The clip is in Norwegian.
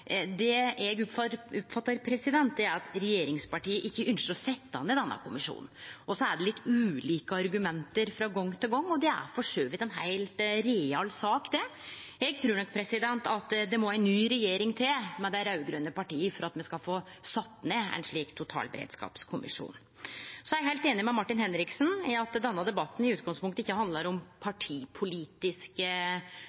Det eg oppfattar, er at regjeringspartia ikkje ynskjer å setje ned denne kommisjonen, og så er det litt ulike argument frå gong til gong. Det er for så vidt ei heilt real sak. Eg trur nok at det må til ei ny regjering med dei raud-grøne partia for at me skal få sett ned ein slik totalberedskapskommisjon. Eg er heilt einig med Martin Henriksen i at denne debatten i utgangspunktet ikkje handlar om